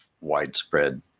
widespread